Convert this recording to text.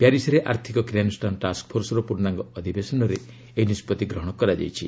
ପ୍ୟାରିସରେ ଆର୍ଥିକ କ୍ରିୟାନୁଷ୍ଠାନ ଟାସ୍କଫୋର୍ସର ପ୍ରର୍ଷାଙ୍ଗ ଅଧିବେଶନରେ ଏହି ନିଷ୍ପଭି ଗ୍ରହଣ କରାଯାଇଛି